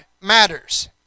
matters